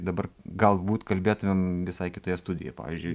dabar galbūt kalbėtumėm visai kitoje studijoje pavyzdžiui